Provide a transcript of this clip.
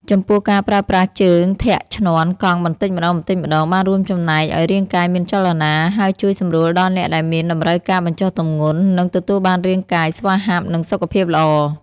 ចំពោះការប្រើប្រាស់ជើងធាក់ឈ្នាន់កង់បន្តិចម្តងៗ បានរួមចំណែកឱ្យរាងកាយមានចលនា ហើយជួយសម្រួលដល់អ្នកដែលមានតម្រូវការបញ្ចុះទម្ងន់ និងទទួលបានរាងកាយស្វាហាប់ និងសុខភាពល្អ។